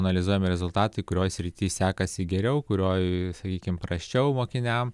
analizuojami rezultatai kurioje srity sekasi geriau kurioj sakykim prasčiau mokiniam